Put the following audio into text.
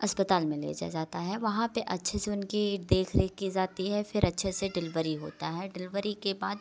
अस्पताल में ले जाया जाता है वहाँ पर अच्छे से उनकी देख रेख की जाती है फिर अच्छे डिलेवरी होता है डिलेवरी के बाद